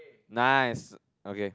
nice okay